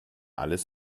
alles